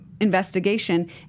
investigation